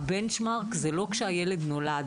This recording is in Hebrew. הבנצ'מרק זה לא כשהילד נולד,